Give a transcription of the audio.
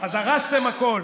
אז הרסתם הכול.